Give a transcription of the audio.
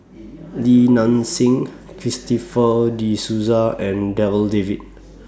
Li Nanxing Christopher De Souza and Darryl David